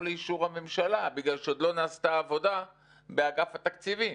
לאישור הממשלה כי עוד לא נעשתה העבודה באגף התקציבים.